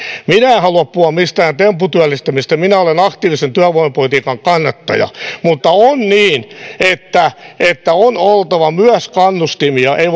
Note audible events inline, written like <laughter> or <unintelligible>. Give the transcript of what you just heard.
minä en halua puhua mistään tempputyöllistämisestä minä olen aktiivisen työvoimapolitiikan kannattaja mutta on niin että että on oltava myös kannustimia ei <unintelligible>